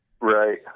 right